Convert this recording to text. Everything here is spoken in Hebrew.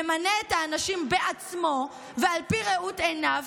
ממנה את האנשים בעצמו ועל פי ראות עיניו,